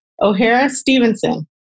O'Hara-Stevenson